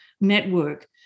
network